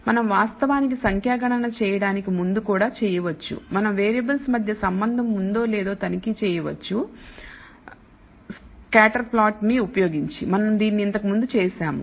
మనం వాస్తవానికి సంఖ్యా గణన చేయడానికి ముందు కూడా చేయవచ్చు మనం వేరియబుల్స్ మధ్య సంబంధం ఉందో లేదో తనిఖీ చేయవచ్చు స్కాటర్ ప్లాట్ నీ ఉపయోగించి మనం దీనిని ఇంతకు ముందు చేసాము